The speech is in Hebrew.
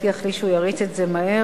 הבטיח לי שהוא יריץ את זה מהר.